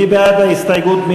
מי בעד ההסתייגות?